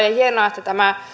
ja on hienoa että tämä